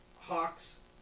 Hawks